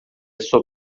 sua